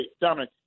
Dominic